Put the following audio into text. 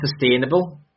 sustainable